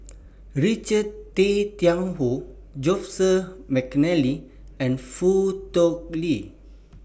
Richard Tay Tian Hoe Joseph Mcnally and Foo Tui Liew